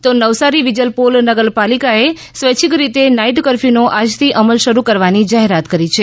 તો નવસારી વિજલપોર નગરપાલિકાએ સ્વાઈછિક રીતે નાઈટ કરફ્યુનો આજથી અમલ શરૂ કરવાની જાહેરાત કરી છે